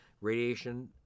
Radiation